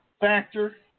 factor